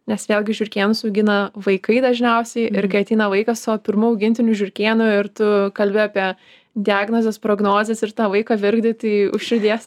nes vėlgi žiurkėnus augina vaikai dažniausiai ir kai ateina vaikas su savo pirmu augintiniu žiurkėnu ir tu kalbi apie diagnozes prognozes ir tą vaiką virkdai tai už širdies